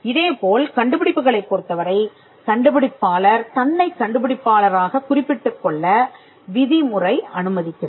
இதே போல் கண்டுபிடிப்புகளைப் பொருத்தவரை கண்டுபிடிப்பாளர் தன்னைக் கண்டுபிடிப்பாளராகக் குறிப்பிட்டுக் கொள்ள விதி முறை அனுமதிக்கிறது